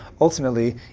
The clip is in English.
ultimately